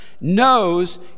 knows